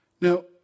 Now